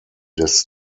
des